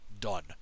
done